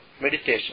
meditation